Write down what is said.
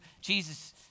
Jesus